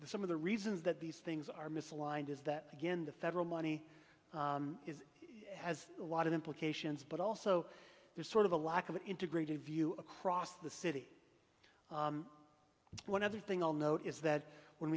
the some of the reasons that these things are misaligned is that again the federal money is has a lot of implications but also there's sort of a lack of an integrated view across the city one other thing i'll note is that when